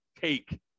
Take